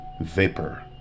vapor